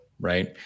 right